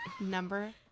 Number